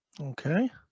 Okay